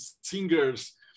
singers